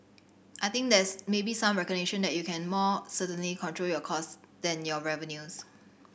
I think there's maybe some recognition that you can more certainly control your cost than your revenues